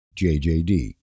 JJD